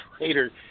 later